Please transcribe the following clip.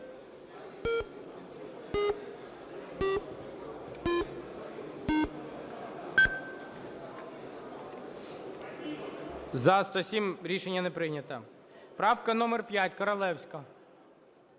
За-107 Рішення не прийнято. Правка номер 5, Королевська.